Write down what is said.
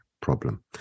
problem